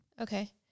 Okay